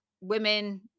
women